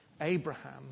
Abraham